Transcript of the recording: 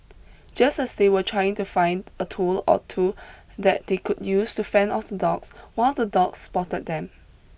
just stay they were trying to find a tool or two that they could use to fend off the dogs one of the dogs spotted them